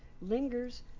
lingers